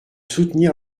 soutenir